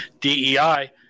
DEI